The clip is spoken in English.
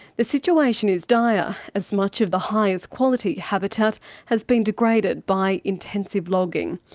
the situation is dire, as much of the highest quality habitat has been degraded by intensive logging.